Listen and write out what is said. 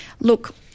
Look